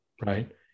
right